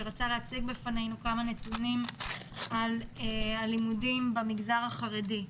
שרצה להציג בפנינו כמה נתונים על הלימודים במגזר החרדי.